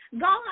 God